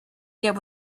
yet